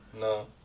no